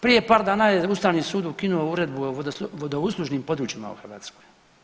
Prije par dana je ustavni sud ukinuo uredbu o vodouslužnim područjima u Hrvatskoj.